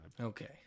Okay